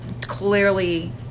clearly